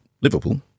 liverpool